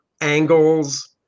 angles